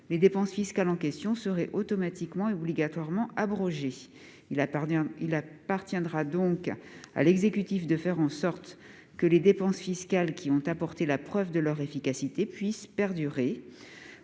les dépenses fiscales en question seraient automatiquement et obligatoirement abrogées. Il appartiendra donc à l'exécutif de faire en sorte que les dépenses fiscales qui ont apporté la preuve de leur efficacité puissent perdurer.